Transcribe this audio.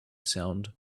sound